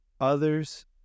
others